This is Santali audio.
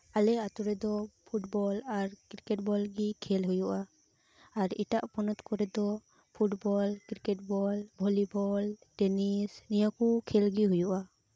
ᱟᱞᱮ ᱟᱹᱛᱩ ᱨᱮᱫᱚ ᱯᱷᱩᱴᱵᱚᱞ ᱟᱨ ᱠᱨᱤᱠᱮᱴ ᱵᱚᱞ ᱜᱤ ᱠᱷᱮᱞ ᱦᱩᱭᱩᱜ ᱟ ᱟᱨ ᱮᱴᱟᱜ ᱯᱚᱱᱚᱛ ᱠᱚᱨᱮᱫᱚ football cricket ball volleyball tennis ᱱᱤᱭᱟᱹᱠᱩ ᱠᱷᱮᱞ ᱜᱤ ᱦᱩᱭᱩᱜᱼᱟ